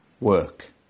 Work